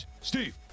Steve